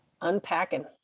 Unpacking